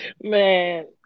Man